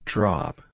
Drop